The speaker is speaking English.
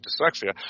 dyslexia